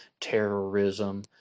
terrorism